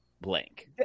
blank